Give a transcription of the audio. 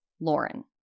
Lauren